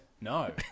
no